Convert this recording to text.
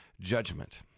judgment